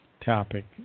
topic